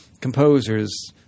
composers